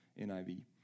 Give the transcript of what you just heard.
NIV